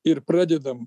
ir pradedam